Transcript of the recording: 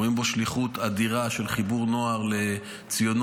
רואים בו שליחות אדירה של חיבור נוער לציונות,